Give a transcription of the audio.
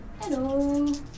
Hello